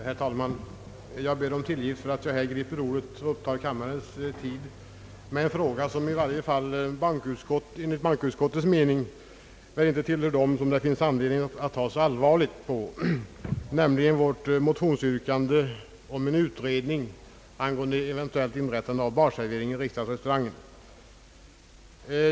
Herr talman! Jag ber om tillgift för att jag här griper ordet och upptar kammarens tid med en fråga som i varje fall enligt bankoutskottets mening inte tillhör dem som det finns anledning ta så allvarligt på, nämligen vårt motionsyrkande om en utredning angående eventuellt inrättande av barservering i riksdagsrestaurangen.